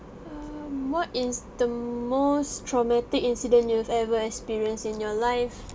um what is the most traumatic incident you've ever experienced in your life